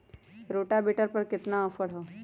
Rotavator पर केतना offer हव?